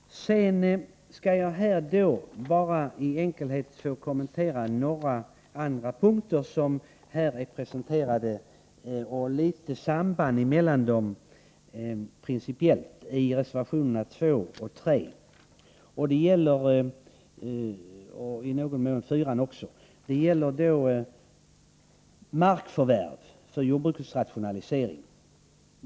Sedan skall jag bara i enkelhet kommentera några andra punkter som här är presenterade och litet principiellt beröra sambandet mellan dem i reservationerna 2 och 3 och i någon mån även i reservation 4. Det gäller markförvärv för jordbrukets rationalisering.